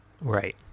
Right